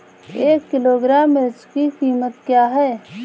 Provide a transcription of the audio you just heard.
एक किलोग्राम मिर्च की कीमत क्या है?